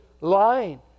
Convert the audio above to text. lying